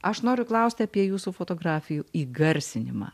aš noriu klausti apie jūsų fotografijų įgarsinimą